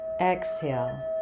Exhale